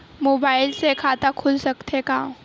Mobile से खाता खुल सकथे का?